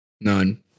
None